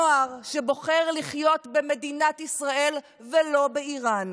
נוער שבוחר לחיות במדינת ישראל ולא באיראן.